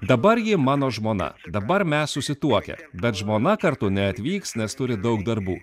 dabar ji mano žmona dabar mes susituokę bet žmona kartu neatvyks nes turi daug darbų